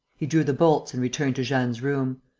he drew the bolts and returned to jeanne's room.